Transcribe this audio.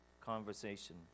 conversation